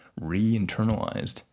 re-internalized